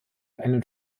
einen